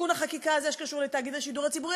ותיקון החקיקה הזה שקשור לתאגיד השידור הציבורי,